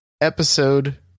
Episode